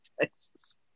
Texas